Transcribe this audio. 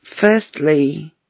Firstly